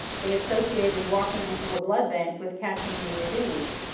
they associated walking into a blood bank with catching the disease.